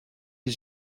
his